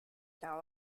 now